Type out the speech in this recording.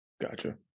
Gotcha